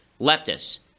Leftists